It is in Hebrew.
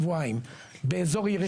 שבועיים באזור יריחו.